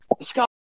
Scott